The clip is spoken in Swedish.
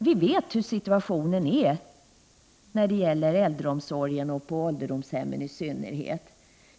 Vi vet hur situationen är i äldreomsorgen, i synnerhet på ålderdomshemmen.